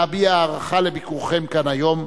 להביע הערכה על ביקורכם כאן היום,